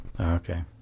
Okay